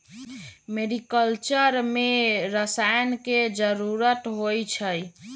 mariculture में रसायन के जरूरत होई छई